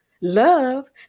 love